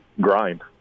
grind